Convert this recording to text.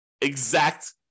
exact